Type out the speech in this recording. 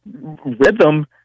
rhythm